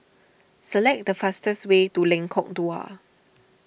select the fastest way to Lengkok Dua